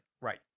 Right